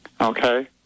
Okay